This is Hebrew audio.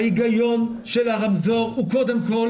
ההיגיון של הרמזור הוא קודם כל